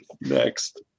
Next